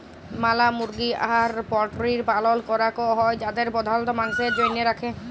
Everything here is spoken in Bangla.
ম্যালা মুরগি আর পল্ট্রির পালল ক্যরাক হ্যয় যাদের প্রধালত মাংসের জনহে রাখে